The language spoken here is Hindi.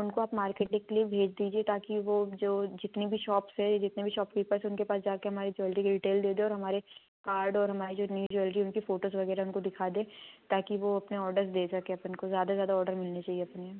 उनको आप मार्केटिंग के लिए भेज दीजिए ताकि वो जो जितनी भी शॉप्स है या जितने भी शॉपकीपर्स हैं उनके पास जा कर हमारी ज्वेलरी की डीटेल दे दे और हमारे कार्ड और हमारी जो न्यू ज्वेलरी है उनकी फ़ोटोज़ वगैरह उनको दिखा दे ताकि वो अपने ऑर्डर्स दे सकें अपन को ज़्यादा से ज़्यादा ऑर्डर मिलने चाहिए अपने